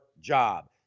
job